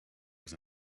was